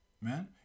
man